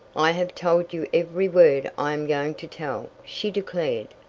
i have told you every word i am going to tell, she declared.